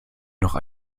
noch